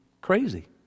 crazy